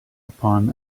upon